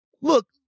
look